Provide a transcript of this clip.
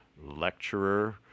lecturer